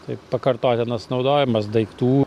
tai pakartotinas naudojimas daiktų